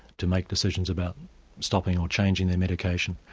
to make decisions about stopping or changing their medication,